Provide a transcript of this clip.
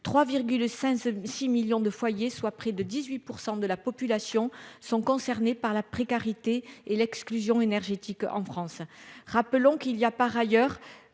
5 6 millions de foyers, soit près de 18 % de la population sont concernées par la précarité et l'exclusion énergétique en France, rappelons qu'il y a par ailleurs